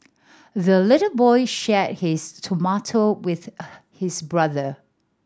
the little boy shared his tomato with her his brother